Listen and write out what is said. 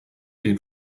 den